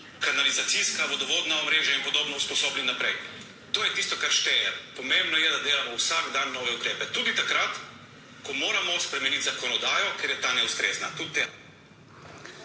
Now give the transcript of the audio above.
kanalizacijska, vodovodna omrežja in podobno usposobili naprej. To je tisto, kar šteje. Pomembno je, da delamo vsak dan nove ukrepe, tudi takrat, ko moramo spremeniti zakonodajo, ker je ta neustrezna